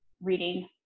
reading